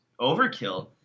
overkill